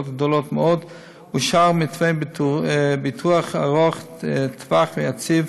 גדולות מאוד אושר מתווה ביטוחי ארוך טווח ויציב